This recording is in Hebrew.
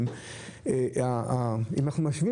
שנקראת